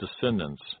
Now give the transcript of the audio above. descendants